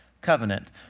Covenant